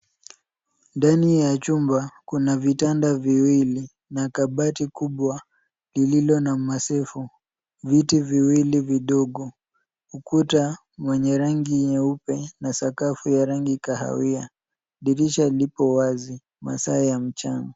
Ndani ya chumba kuna vitanda viwili na kabati kubwa lililo na masefu, viti viwili vidogo, ukuta mwenye rangi nyeupe na sakafu ya rangi kahawia .Dirisha lipo wazi masaa ya mchana.